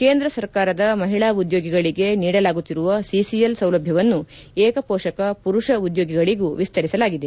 ಕೇಂದ್ರದ ಸರ್ಕಾರದ ಮಹಿಳಾ ಉದ್ಲೋಗಿಗಳಿಗೆ ನೀಡಲಾಗುತ್ತಿರುವ ಸಿಸಿಎಲ್ ಸೌಲಭ್ಯವನ್ನು ಏಕ ಪೋಪಕ ಪುರುಷ ಉದ್ಲೋಗಿಗಳಿಗೂ ವಿಸ್ತರಿಸಲಾಗಿದೆ